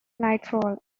nightfall